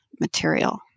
material